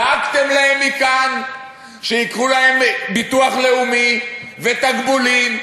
דאגתם להם מכאן שייקחו להם ביטוח לאומי ותגמולים,